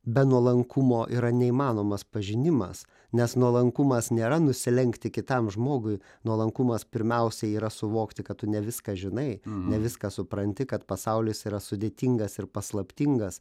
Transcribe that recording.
be nuolankumo yra neįmanomas pažinimas nes nuolankumas nėra nusilenkti kitam žmogui nuolankumas pirmiausia yra suvokti kad tu ne viską žinai ne viską supranti kad pasaulis yra sudėtingas ir paslaptingas